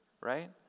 right